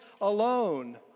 alone